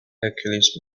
hercules